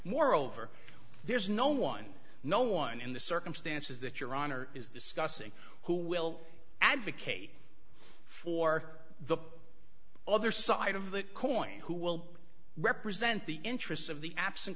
moreover there's no one no one in the circumstances that your honor is discussing who will advocate for the other side of the coin who will represent the interests